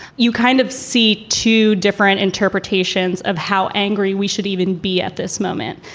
you kind of see two different interpretations of how angry we should even be at this moment.